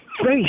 face